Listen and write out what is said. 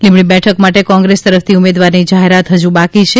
લીંબડી બેઠક માટે કોંગ્રેસ તરફથી ઉમેદવારની જાહેરાત હજુ બાકી છે